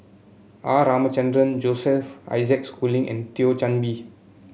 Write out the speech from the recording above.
R Ramachandran Joseph Isaac Schooling and Thio Chan Bee